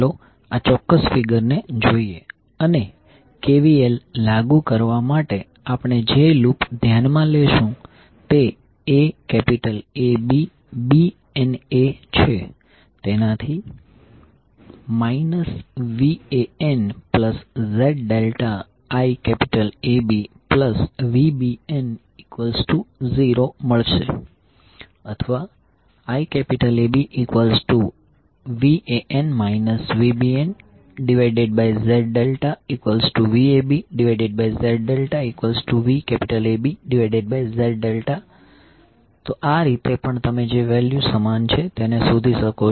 ચાલો આ ચોક્ક્સ ફિગર જોઈએ અને KVL લાગુ કરવા માટે આપણે જે લૂપ ધ્યાનમા લેશુ તે aABbna છે તેનાથી VanZ∆IABVbn0 મળશે અથવા IABVan VbnZ∆VabZ∆VABZ∆ આ રીતે પણ તમે જે વેલ્યુ સમાન છે તે શોધી શકો છો